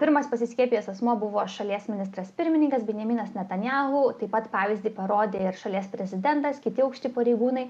pirmas pasiskiepijęs asmuo buvo šalies ministras pirmininkas benjaminas netanyahu taip pat pavyzdį parodė ir šalies prezidentas kiti aukšti pareigūnai